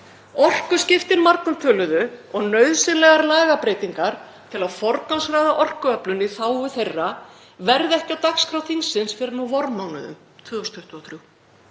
Orkuskiptin margumtöluðu og nauðsynlegar lagabreytingar til að forgangsraða orkuöflun í þágu þeirra verða ekki á dagskrá þingsins fyrr en á vormánuðum 2023,